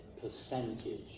percentage